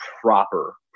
proper